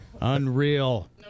Unreal